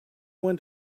went